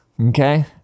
Okay